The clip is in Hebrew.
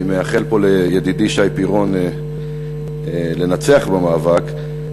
אני מאחל פה לידידי שי פירון לנצח במאבק,